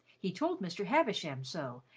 he told mr. havisham so,